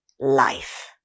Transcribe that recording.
Life